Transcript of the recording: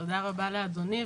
תודה רבה לאדוני,